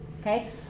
Okay